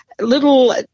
little